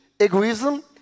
egoism